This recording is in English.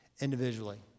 individually